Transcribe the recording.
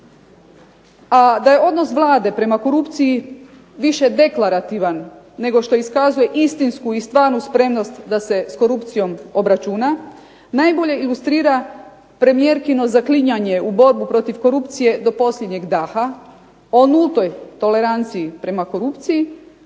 A da je odnos Vlade prema korupciji više deklarativan nego što iskazuje istinsku i stvarnu spremnost da se s korupcijom obračuna najbolje ilustrira premijerkino zaklinjanje u borbu protiv korupcije do posljednjeg daha, o nultoj toleranciji prema korupciji